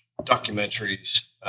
documentaries